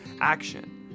action